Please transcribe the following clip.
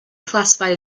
classified